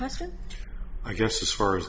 question i just as far as